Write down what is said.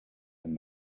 and